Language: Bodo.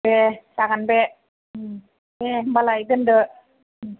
दे जागोन बे दे होनबालाय दोनदो